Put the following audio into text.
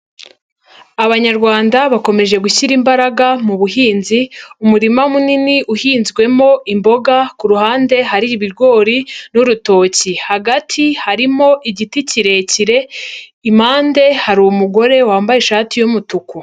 Abanyarwanda bakomeje gushyira imbaraga mu buhinzi, umurima munini uhinzwemo imboga, ku ruhande hari ibigori n'urutoki. Hagati harimo igiti kirekire, impande hari umugore wambaye ishati y'umutuku.